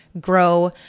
grow